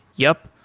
yup.